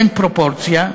אין פרופורציה,